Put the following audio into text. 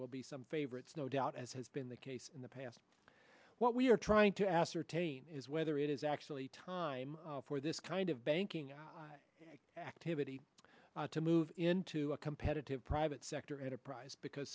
will be some favorites no doubt as has been the case in the past what we are trying to ascertain is whether it is actually time for this kind of banking activity to move into a competitive private sector enterprise because